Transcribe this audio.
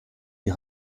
die